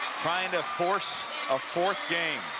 trying to force a fourth game,